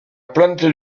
plante